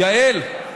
יעל,